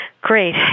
Great